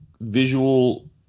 visual